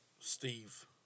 Steve